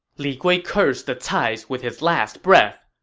li gui cursed the cais with his last breath,